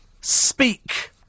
Speak